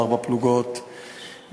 ארבע פלוגות,